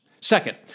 Second